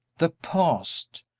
the past!